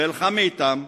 ואלכה מאתם,